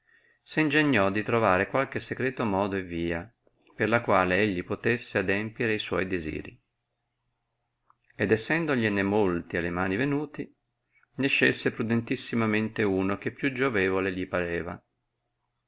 se ingegnò di trovare qualche secreto modo e via per la quale egli potesse adempire i suoi desiri ed essendogliene molti alle mani venuti ne scelse prudentissimamente uno che più giovevole gli pareva